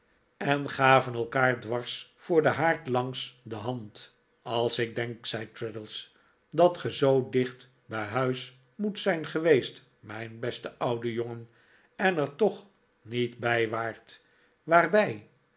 en gaven elkaar dwars voor den haard langs de hand als ik denk zei traddles dat ge zoo dicht bij huis moet zijn geweest mijn beste oude jongen en er toch niet bij waart waarbij